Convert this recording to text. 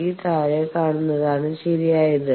ഈ താഴെ കാണുന്നതാണ് ശെരിയായത്